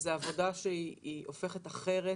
זה עבודה שהופכת להיות אחרת,